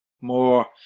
more